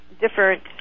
different